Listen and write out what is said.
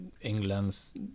England's